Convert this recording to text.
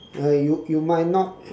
uh you you might not